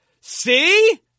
See